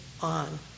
on